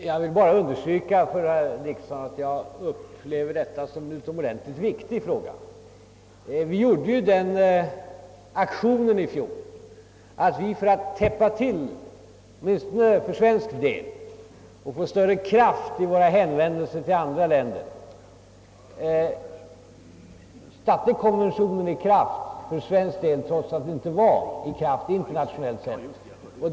Herr talman! Jag vill endast för herr Dickson understryka, att jag upplever denna sak som utomordentligt viktig. Vi gjorde ju i fjol en aktion för att så att säga täppa till hålen åtminstone för svensk del; för att få större tyngd i våra hänvändelser till andra länder satte vi konventionen i kraft för Sveriges vidkommande, trots att den inte var i kraft internationellt.